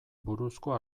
buruzko